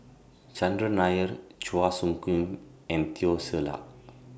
Chandran Nair Chua Soo Khim and Teo Ser Luck